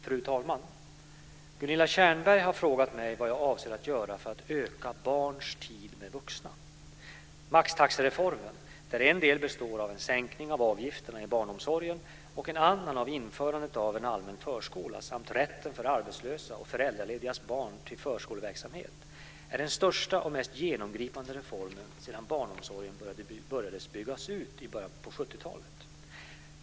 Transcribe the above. Fru talman! Gunilla Tjernberg har frågat mig vad jag avser att göra för att öka barns tid med vuxna. Maxtaxereformen, där en del består av en sänkning av avgifterna i barnomsorgen och en annan av införandet av en allmän förskola samt rätten för arbetslösa och föräldraledigas barn till förskoleverksamhet, är den största och mest genomgripande reformen sedan barnomsorgen började byggas ut i början av 1970-talet.